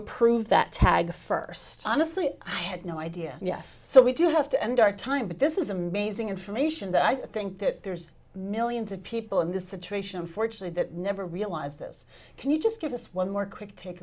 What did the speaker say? approve that tag first honestly i had no idea yes so we do have to end our time but this is amazing information that i think that there's millions of people in this situation unfortunately that never realize this can you just give us one more quick take